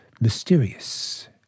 mysterious